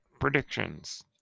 predictions